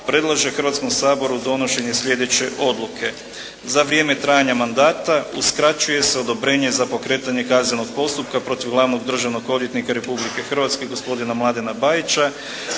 predlaže Hrvatskom saboru donošenje sljedeće odluke. Za vrijeme trajanja mandata uskraćuje se odobrenje za pokretanje kaznenog postupka protiv Glavnog državnog odvjetnika Republike Hrvatske gospodina Mladena Bajića